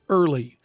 early